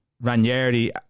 Ranieri